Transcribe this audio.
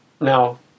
now